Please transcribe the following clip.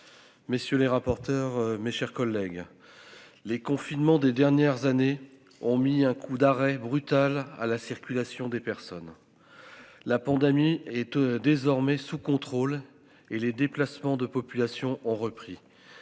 Messieurs les rapporteurs, mes chers collègues. Les confinements des dernières années ont mis un coup d'arrêt brutal à la circulation des personnes. La pandémie est désormais sous contrôle et les déplacements de population ont repris.